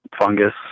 fungus